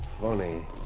funny